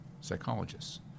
psychologists